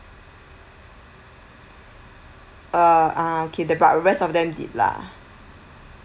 uh ah okay the about rest of them did lah